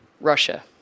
Russia